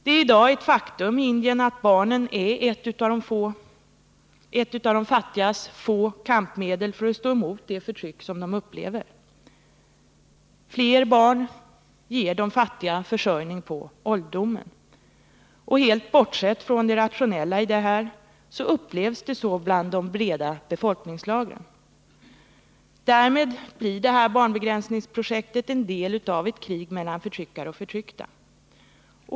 Det är i dag ett faktum i Indien att barnen är ett av de fattigas få kampmedel för att stå emot det förtryck som de upplever. Fler barn ger de fattiga försörjning på ålderdomen. Och helt bortsett från det rationella i detta upplevs det så bland de breda befolkningslagren. Därmed blir barnbegränsningsprojektet en del av ett krig mellan förtryckare och förtryckta.